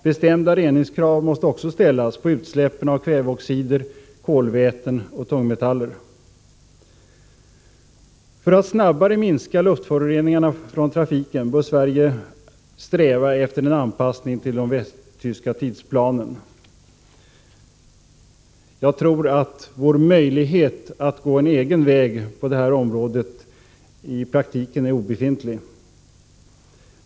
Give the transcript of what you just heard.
Bestämda reningskrav måste också ställas på utsläppen av kväveoxider, kolväten och tungmetaller. För att snabbare minska luftföroreningarna från trafiken bör Sverige sträva efter en anpassning till den västtyska tidsplanen. Jag tror att möjligheterna att på det området gå en egen väg i praktiken är obefintlig.